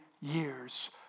years